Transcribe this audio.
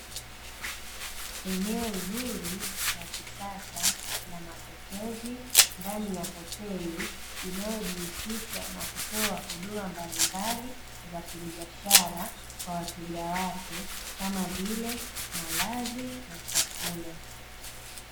Eneo zuri la kisasa la mapokezi ndani ya hoteli inayojihusisha na kutoa huduma mbalimbali za kibiashara kwa wateja wake kama vile malazi na chakula.